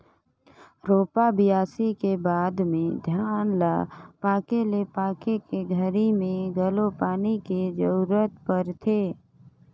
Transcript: रोपा, बियासी के बाद में धान ल पाके ल पाके के घरी मे घलो पानी के जरूरत परथे